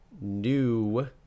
new